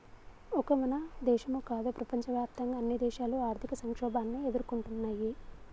ఒక మన దేశమో కాదు ప్రపంచవ్యాప్తంగా అన్ని దేశాలు ఆర్థిక సంక్షోభాన్ని ఎదుర్కొంటున్నయ్యి